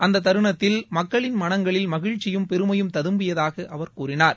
அந்த தருணத்தில் மக்களின் மனங்களில் மகிழ்ச்சியும் பெருமையும் ததும்பியதாக அவர் கூறினார்